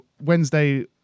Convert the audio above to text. Wednesday